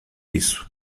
isso